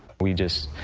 we just,